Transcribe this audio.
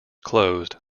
closed